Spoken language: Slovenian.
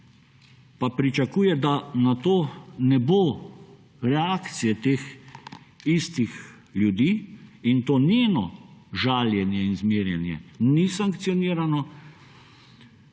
pa pričakuje, da na to ne bo reakcije teh istih ljudi, in to njeno žaljenje in zmerjanje ni sankcionirano;